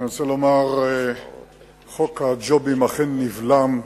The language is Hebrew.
אני רוצה לומר, חוק הג'ובים אכן נבלם.